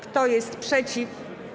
Kto jest przeciw?